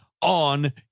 on